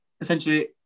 essentially